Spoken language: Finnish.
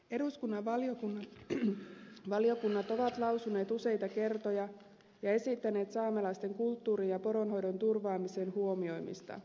eduskunnan valiokunnat ovat lausuneet useita kertoja ja esittäneet saamelaisten kulttuurin ja poronhoidon turvaamisen huomioimista